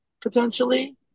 potentially